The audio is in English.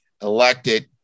elected